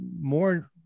more